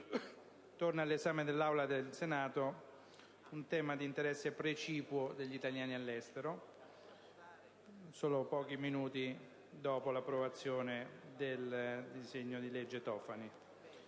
torna all'esame dell'Aula del Senato un tema d'interesse precipuo degli italiani all'estero, solo pochi minuti dopo l'approvazione del disegno di legge di